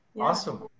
Awesome